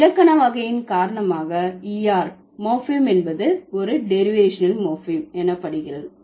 இலக்கண வகையின் காரணமாக er மோர்பீம் என்பது ஒரு டெரிவேஷனல் மோர்பீம் எனப்படுகிறது